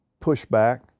pushback